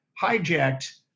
hijacked